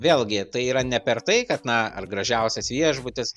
vėlgi tai yra ne per tai kad na ar gražiausias viešbutis